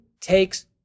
takes